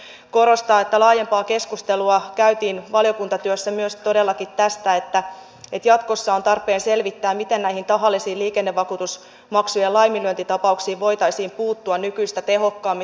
minä haluan itse myös korostaa että laajempaa keskustelua käytiin valiokuntatyössä myös todellakin tästä että jatkossa on tarpeen selvittää miten näihin tahallisiin liikennevakuutusmaksujen laiminlyöntitapauksiin voitaisiin puuttua nykyistä tehokkaammin